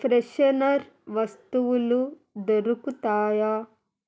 freshener వస్తువులు దొరుకుతాయా